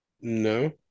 No